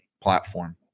platform